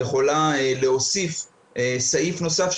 להוסיף סעיף נוסף.